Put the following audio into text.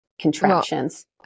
contractions